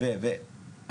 ו..,